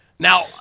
Now